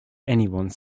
anyone